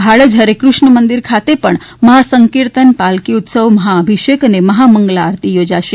ભાડજ હરેકૃષ્ણ મંદિર ખાતે પણ મહા સં કિર્તન પાલકી ઉત્સવ મહા અભિષેક અને મહા મંગલા આરતી યોજાશે